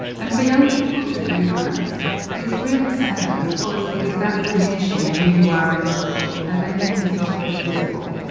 and for young people to do that is really sad because it's about diminishing who you are in the world and making yourself less visible.